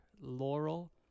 laurel